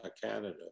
Canada